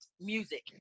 Music